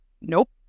Nope